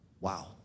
wow